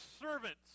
servants